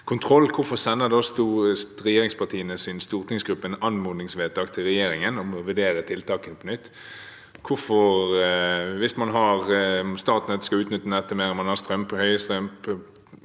kontroll, hvorfor sender regjeringspartienes stortingsgrupper et anmodningsvedtak til regjeringen om å vurdere tiltakene på nytt? Statnett skal utnytte nettet mer. Man har høye strømpriser